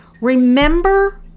Remember